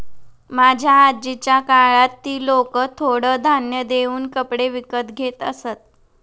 माझ्या आजीच्या काळात ती लोकं थोडं धान्य देऊन कपडे विकत घेत असत